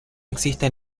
existe